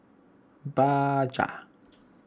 Bajaj